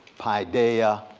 paideia,